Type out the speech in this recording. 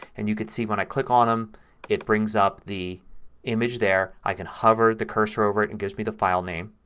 and you can see when i click on them it brings up the image there. i can hover the cursor over it and it gives me the file name.